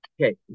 Okay